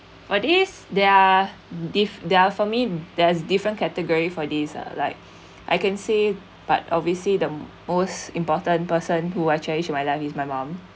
for this there are diff~ there are for me there's different category for this like I can say but obviously the most important person who I change in my life is my mum